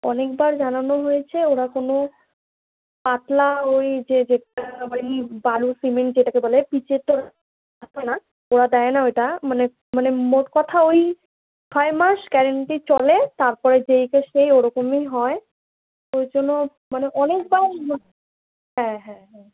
অনেকবার জানানো হয়েছে এরকমই পাতলা ওই যে যেটা হয় ইট বালি সিমেন্ট যেটাকে বলে পিচের রাস্তা না ওরা দেয় না ওটা মানে মোট কথা ওই ছয় মাস গ্যারেন্টি চলে তারপরে যেইকে সেই ওরকমই হয় এই জন্য মানে অনেকবার হ্যাঁ হ্যাঁ হ্যাঁ